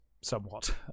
somewhat